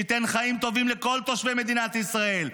שייתן חיים טובים לכל תושבי מדינת ישראל,